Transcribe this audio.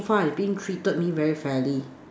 far I think treated me very fairly